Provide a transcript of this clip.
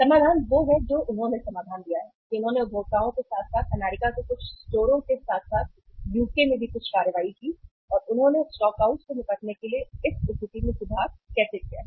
समाधान वह है जो उन्होंने समाधान दिया है कि उन्होंने उपभोक्ताओं के साथ साथ अमेरिका के कुछ स्टोरों के साथ साथ यूके में भी कुछ कार्रवाई की है और उन्होंने स्टॉकआउट से निपटने के लिए इस स्थिति में सुधार कैसे किया है